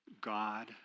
God